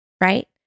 right